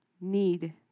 need